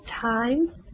time